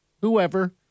whoever